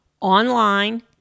online